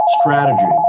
strategy